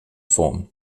form